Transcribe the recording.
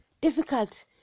difficult